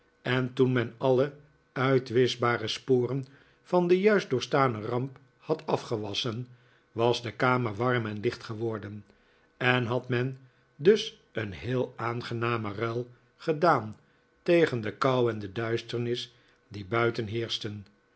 en toen men alle uitwischbare sporen van de juist doorstane ramp had afgewasschen was de kamer warm en licht geworden en had men dus een heel aangenamen ruil gedaan tegen de kou en de duisternis die buiten heerschten